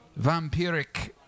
vampiric